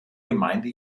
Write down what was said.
gemeinde